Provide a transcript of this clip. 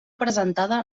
presentada